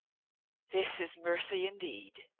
this is mercy indeed,